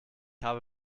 habe